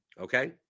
Okay